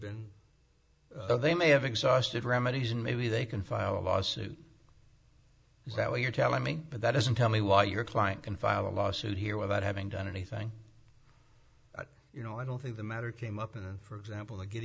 been they may have exhausted remedies and maybe they can file a lawsuit is that what you're telling me but that doesn't tell me why your client can file a lawsuit here without having done anything you know i don't think the matter came up in for example th